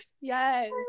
Yes